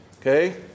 okay